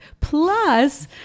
Plus